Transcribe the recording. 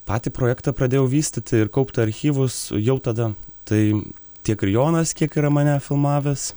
patį projektą pradėjau vystyti ir kaupti archyvus jau tada tai tiek ir jonas kiek yra mane filmavęs